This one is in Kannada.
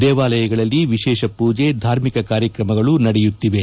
ದೇವಾಲಯಗಳಲ್ಲಿ ವಿಶೇಷ ಪೂಜೆ ಧಾರ್ಮಿಕ ಕಾರ್ಯಕ್ರಮಗಳು ನಡೆಯುತ್ತಿವೆ